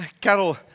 Carol